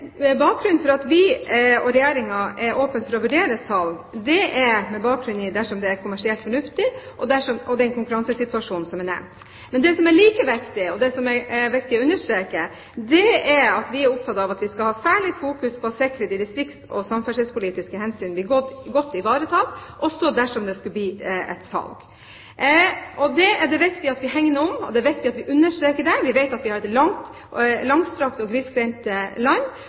Vi og Regjeringen er åpne for å vurdere salg dersom det er kommersielt fornuftig, og med bakgrunn i den konkurransesituasjonen som er nevnt. Men det som er like viktig, og som det er viktig å understreke, er at vi er opptatt av at vi skal fokusere særlig på å sikre at distrikts- og samferdselspolitiske hensyn blir godt ivaretatt også dersom det skulle bli et salg. Det er det viktig at vi hegner om, og det er viktig at vi understreker det. Vi vet at vi har et langstrakt og grisgrendt land, og